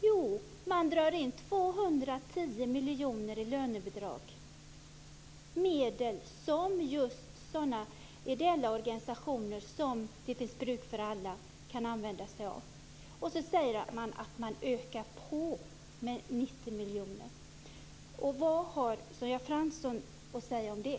Jo, man drar in 210 miljoner i lönebidrag - medel som just ideella organisationer som Det finns bruk för alla kan använda sig av. Ändå säger man att man ökar med 90 miljoner! Vad har Sonja Fransson att säga om det?